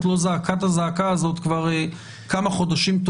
לא זעקה את הזעקה הזאת כבר כמה חודשים.